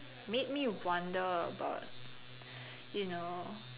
made me wonder about you know